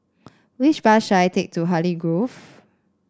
which bus should I take to Hartley Grove